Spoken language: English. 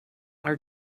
are